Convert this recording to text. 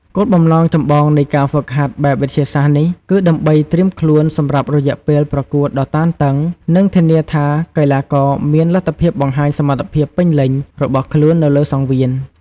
គោលបំណងចម្បងនៃការហ្វឹកហាត់បែបវិទ្យាសាស្ត្រនេះ គឺដើម្បីត្រៀមខ្លួនសម្រាប់រយៈពេលប្រកួតដ៏តានតឹង និងធានាថាកីឡាករមានលទ្ធភាពបង្ហាញសមត្ថភាពពេញលេញរបស់ខ្លួននៅលើសង្វៀន។